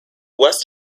west